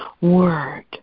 word